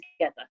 together